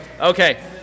Okay